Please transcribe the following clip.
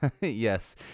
Yes